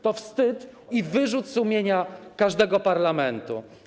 To wstyd i wyrzut sumienia każdego parlamentu.